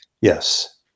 yes